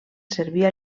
servir